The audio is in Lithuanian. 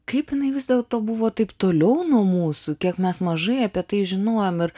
kaip jinai vis dėlto buvo taip toliau nuo mūsų kiek mes mažai apie tai žinojom ir